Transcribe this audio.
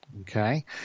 Okay